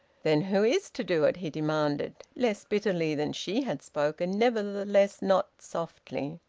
then who is to do it? he demanded, less bitterly than she had spoken, nevertheless not softly.